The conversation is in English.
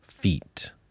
feet